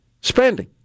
spending